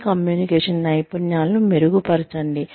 మీ communication నైపుణ్యాలను మెరుగుపరచండి